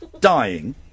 dying